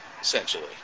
essentially